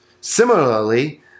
Similarly